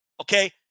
Okay